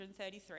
133